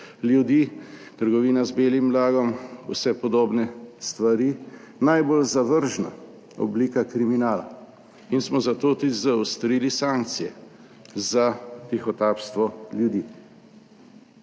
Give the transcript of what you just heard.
ljudi, trgovina z belim blagom, vse podobne stvari, najbolj zavržna oblika kriminala in smo zato tudi zaostrili sankcije za tihotapstvo ljudi.